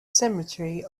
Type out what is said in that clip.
cemetery